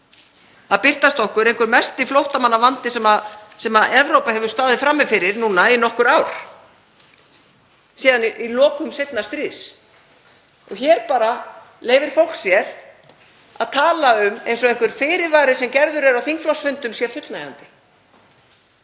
að birtast einhver mesti flóttamannavandi sem Evrópa hefur staðið frammi fyrir í nokkur ár, síðan við lok seinna stríðs, og hér leyfir fólk sér bara að tala eins og einhver fyrirvari sem gerður er á þingflokksfundum sé fullnægjandi.